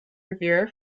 reviewer